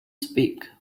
speak